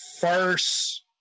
first